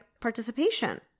participation